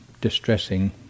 distressing